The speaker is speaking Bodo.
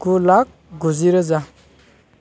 गु लाख गुजि रोजा